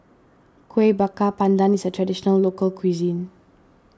Kuih Bakar Pandan is a Traditional Local Cuisine